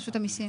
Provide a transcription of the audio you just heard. רשות המיסים?